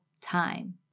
time